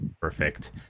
Perfect